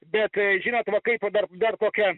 bet žinot va kaip va dar dar kokia